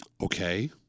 Okay